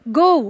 go